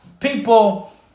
people